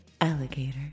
alligator